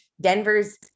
Denver's